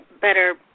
better